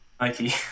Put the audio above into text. Nike